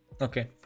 Okay